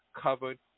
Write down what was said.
covered